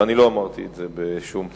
ואני לא אמרתי את זה בשום ציניות,